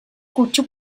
kutsu